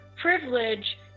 privilege